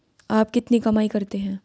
आप कितनी कमाई करते हैं?